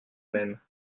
mêmes